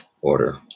order